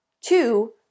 two